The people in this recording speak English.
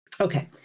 Okay